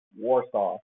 Warsaw